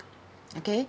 okay